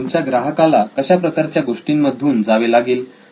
तर तुमच्या ग्राहकाला कशा प्रकारच्या गोष्टींमधून जावे लागेल